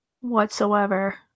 whatsoever